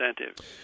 incentive